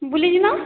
ବୁଲି ଯିମା